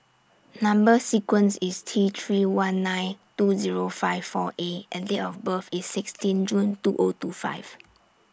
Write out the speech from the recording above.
Number sequence IS T three one nine two Zero five four A and Date of birth IS sixteen June two O two five